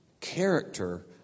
character